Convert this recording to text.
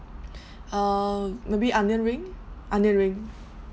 uh maybe onion ring onion ring